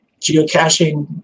Geocaching